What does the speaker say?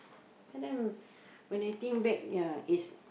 sometime when I think back ya is